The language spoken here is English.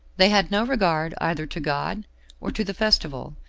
they had no regard, either to god or to the festival,